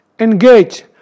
Engage